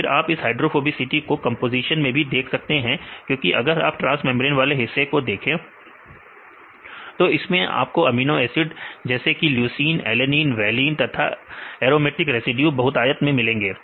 फिर आपइस हाइड्रोफोबिसिटी को कंपोजीशन में भी देख सकते हैं क्योंकि अगर आप ट्रांस मेंब्रेन वाले हिस्से को देखें तो इसमें अमीनो एसिड्स जैसे किलुसीन एलनीन वेलिन तथा एरोमेटिक रेसिड्यू बहुतायत में होंगे